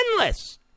endless